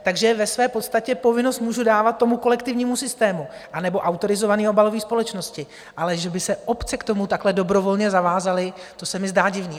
Takže ve své podstatě povinnost můžu dávat tomu kolektivnímu systému anebo autorizované obalové společnosti, ale že by se obce k tomu takhle dobrovolně zavázaly, to se mi zdá divné.